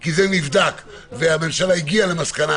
כי זה נבדק והממשלה הגיעה למסקנה,